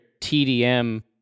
TDM